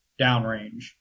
downrange